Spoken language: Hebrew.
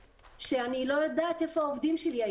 אני לא יודעת מי יחזור אם